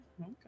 okay